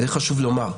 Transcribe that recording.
את זה חשוב לומר.